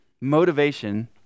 motivation